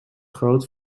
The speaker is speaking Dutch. groot